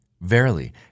Verily